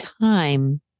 time